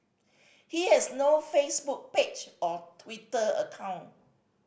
he has no Facebook page or Twitter account